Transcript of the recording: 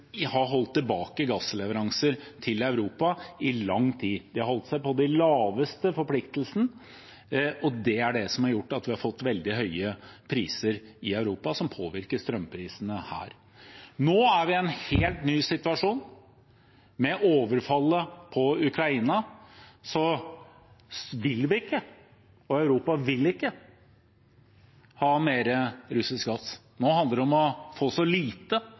har holdt tilbake gassleveranser til Europa i lang tid. De har holdt seg på den laveste forpliktelsen, og det er det som har gjort at vi har fått veldig høye priser i Europa, som påvirker strømprisene her. Nå når vi er i en helt ny situasjon med overfallet på Ukraina, så vil vi ikke – og Europa vil ikke – ha mer russisk gass. Nå handler det om å få så lite